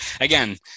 again